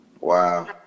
Wow